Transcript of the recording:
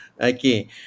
Okay